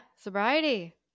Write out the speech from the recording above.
Sobriety